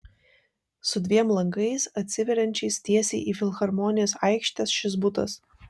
su dviem langais atsiveriančiais tiesiai į filharmonijos aikštę šis butas